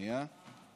זה אותו